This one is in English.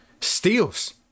Steals